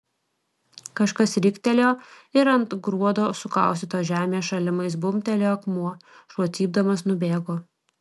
kažkas riktelėjo ir ant gruodo sukaustytos žemės šalimais bumbtelėjo akmuo šuo cypdamas nubėgo